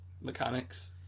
mechanics